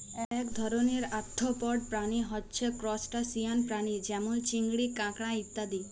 এক ধরণের আর্থ্রপড প্রাণী হচ্যে ত্রুসটাসিয়ান প্রাণী যেমল চিংড়ি, কাঁকড়া ইত্যাদি